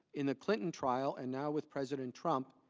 in the clinton trial, and now with president trump,